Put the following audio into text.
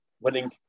winning